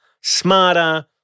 smarter